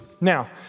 Now